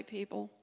people